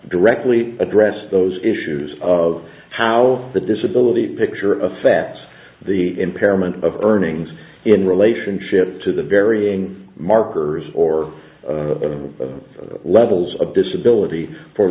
directly addressed those issues of how the disability picture of affects the impairment of earnings in relationship to the varying markers or of levels of disability for